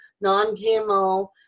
non-gmo